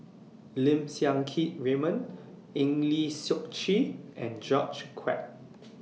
Lim Siang Keat Raymond Eng Lee Seok Chee and George Quek